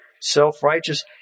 self-righteous